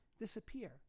disappear